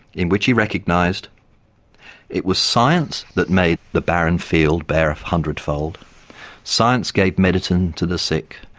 in which he recognised it was science that made the barren field bear a hundredfold science gave medicine to the sick,